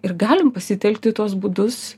ir galim pasitelkti tuos būdus